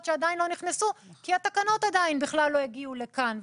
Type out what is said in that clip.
שעדיין לא נכנסו כי התקנות עדיין לא הגיעו לכאן.